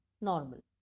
normal